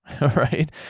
right